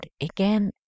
again